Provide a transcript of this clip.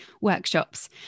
workshops